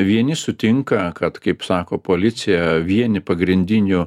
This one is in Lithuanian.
vieni sutinka kad kaip sako policija vieni pagrindinių